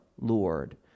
Lord